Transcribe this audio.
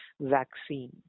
vaccine